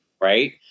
right